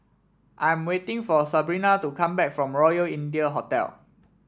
I'm waiting for Sabrina to come back from Royal India Hotel